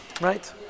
Right